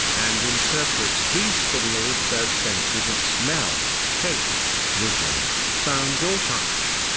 and interprets these signals as senses of smell, taste, vision, sound or touch.